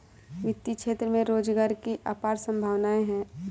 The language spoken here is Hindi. वित्तीय क्षेत्र में रोजगार की अपार संभावनाएं हैं